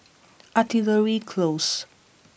Artillery Close